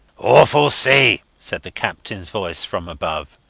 awful sea, said the captains voice from above.